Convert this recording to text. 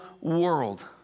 world